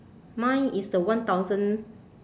mine is the one thousand